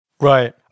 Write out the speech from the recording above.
Right